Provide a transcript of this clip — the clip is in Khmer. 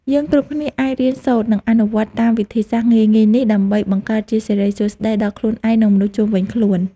យើងគ្រប់គ្នាអាចរៀនសូត្រនិងអនុវត្តតាមវិធីសាស្ត្រងាយៗនេះដើម្បីបង្កើតជាសិរីសួស្តីដល់ខ្លួនឯងនិងមនុស្សជុំវិញខ្លួន។